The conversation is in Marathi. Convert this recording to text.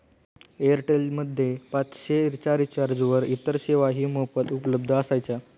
एअरटेल मध्ये पाचशे च्या रिचार्जवर इतर सेवाही मोफत उपलब्ध असायच्या